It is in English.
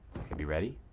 he's gonna be ready,